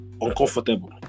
uncomfortable